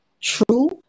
true